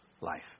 life